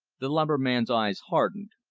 the lumberman's eyes hardened.